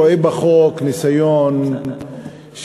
אני רואה בחוק ניסיון של